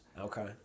Okay